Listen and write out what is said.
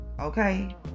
okay